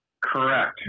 Correct